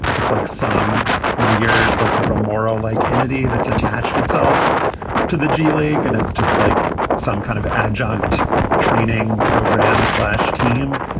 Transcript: it's like some weird, like remora like entity that's attached itself to the g league and is just like some kind of adjunct training program slash team.